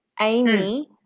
Amy